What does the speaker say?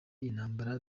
intambara